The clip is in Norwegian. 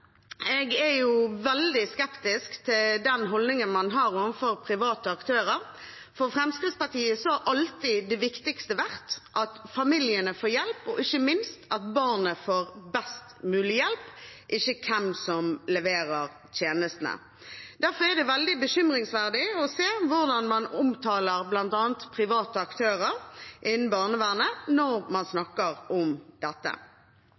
Jeg er veldig skeptisk til holdningen man har overfor private aktører. For Fremskrittspartiet har det viktigste alltid vært at familiene får hjelp, og ikke minst at barnet får best mulig hjelp – ikke hvem som leverer tjenestene. Derfor er det veldig bekymringsverdig å se hvordan man omtaler bl.a. private aktører innenfor barnevernet når man snakker om dette.